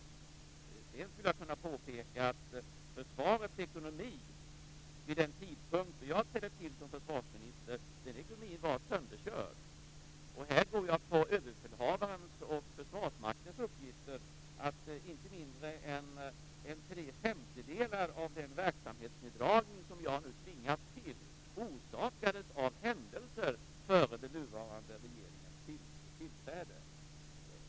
Sedan skulle jag kunna påpeka att försvarets ekonomi vid den tidpunkt då jag trädde till som försvarsminister var sönderkörd. Detta baserar jag på överbefälhavarens och Försvarsmaktens uppgifter om att inte mindre än tre femtedelar av den verksamhetsneddragning som jag nu tvingas till är resultatet av händelser som inträffade före den nuvarande regeringens tillträde.